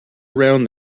around